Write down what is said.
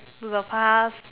to the past